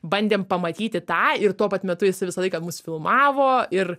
bandėm pamatyti tą ir tuo pat metu jisai visą laiką mus filmavo ir